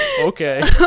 Okay